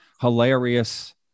hilarious